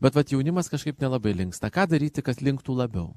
bet vat jaunimas kažkaip nelabai linksta ką daryti kad linktų labiau